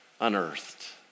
unearthed